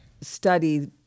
study